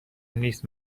نیست